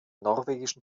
norwegischen